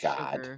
God